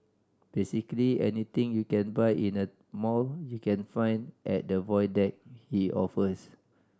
basically anything you can buy in a mall you can find at the Void Deck he offers